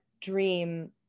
dream